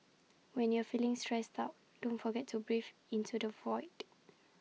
when you are feeling stressed out don't forget to breathe into the void